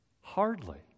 Hardly